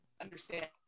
understand